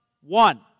one